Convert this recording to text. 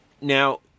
Now